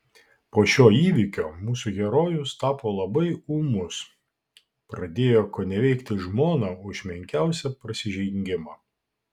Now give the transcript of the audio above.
po šio įvykio mūsų herojus tapo labai ūmus pradėjo koneveikti žmoną už menkiausią prasižengimą